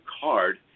card